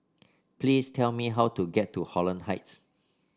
please tell me how to get to Holland Heights